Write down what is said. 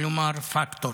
כלומר פקטור.